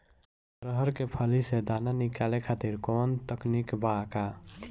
अरहर के फली से दाना निकाले खातिर कवन तकनीक बा का?